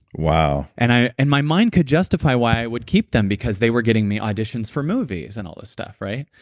wow and and my mind could justify why i would keep them because they were getting me auditions for movies and all this stuff, right?